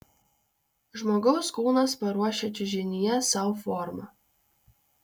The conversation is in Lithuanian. žmogaus kūnas paruošia čiužinyje sau formą